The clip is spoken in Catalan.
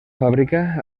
fàbrica